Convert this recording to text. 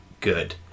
good